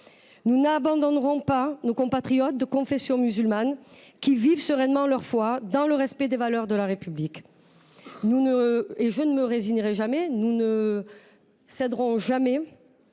Nous n’abandonnerons pas nos compatriotes de confession musulmane qui vivent sereinement leur foi dans le respect des valeurs de la République. Je ne me résignerai jamais, nous ne céderons jamais